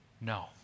no